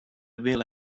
villa